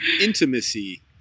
intimacy